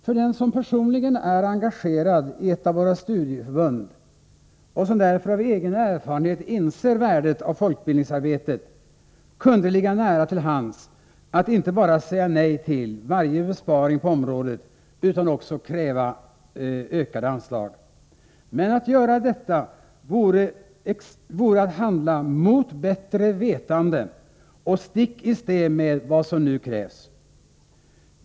För den som personligen är ” engageradi ett av våra studieförbund och som därför av egen erfarenhet inser värdet av folkbildningsarbetet kunde det ligga nära till hands att inte bara säga nej till varje besparing på området utan också kräva ökade anslag. Men att göra detta vore att handla mot bättre vetande och stick i stäv med vad som nu krävs.